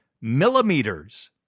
millimeters